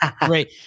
Great